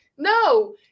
No